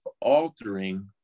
altering